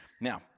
Now